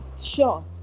sure